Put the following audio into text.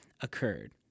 occurred